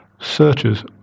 searches